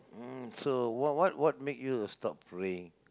hmm so what what what make you uh stop praying